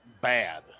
bad